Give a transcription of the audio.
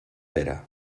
pere